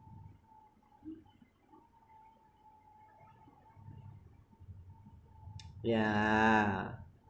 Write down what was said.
yeah